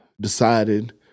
decided